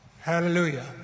Hallelujah